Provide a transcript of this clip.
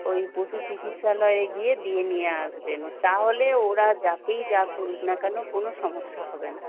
ওই পশু চিকিৎসালয়ে গিয়ে দিয়ে নিয়ে আসবেন তাহলে ওরা যাকেই যা করুক না কেন কোনো সমস্যা হবে না